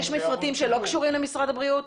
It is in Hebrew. יש מפרטים שלא קשורים למשרד הבריאות?